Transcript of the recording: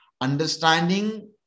understanding